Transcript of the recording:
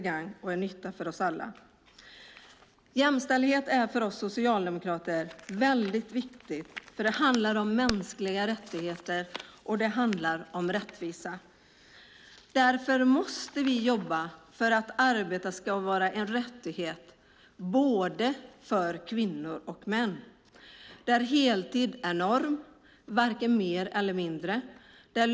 Jämställdhet är mycket viktig för oss socialdemokrater eftersom jämställdhet handlar om mänskliga rättigheter och rättvisa. Därför måste vi jobba för att arbete ska vara en rättighet både för kvinnor och för män. Heltid ska vara norm, varken mer eller mindre.